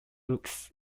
looks